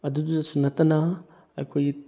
ꯑꯗꯨꯇꯁꯨ ꯅꯠꯇꯅ ꯑꯩꯈꯣꯏꯒꯤ